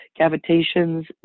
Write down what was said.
cavitations